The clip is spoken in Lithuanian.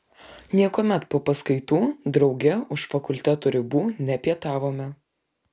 niekuomet po paskaitų drauge už fakulteto ribų nepietavome